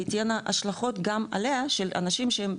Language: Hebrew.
ותהיינה השלכות גם בעלייה של אנשים שהם